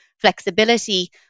flexibility